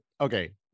okay